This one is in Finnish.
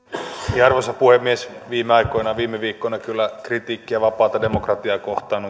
arvoisa puhemies viime aikoina ja viime viikkoina kritiikkiä vapaata demokratiaa kohtaan